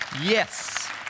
Yes